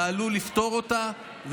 פעלו לפתור אותה,